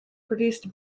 produced